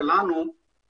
אולי